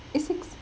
eh six